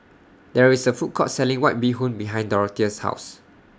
There IS A Food Court Selling White Bee Hoon behind Dorothea's House